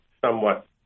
somewhat